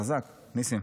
חזק, ניסים,